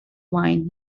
wine